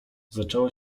zaczęła